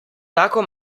tako